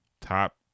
top